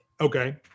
Okay